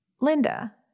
Linda